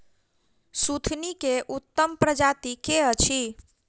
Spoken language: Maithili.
सुथनी केँ उत्तम प्रजाति केँ अछि?